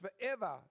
forever